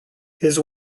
his